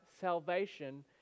salvation